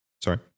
Sorry